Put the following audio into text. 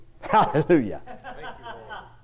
Hallelujah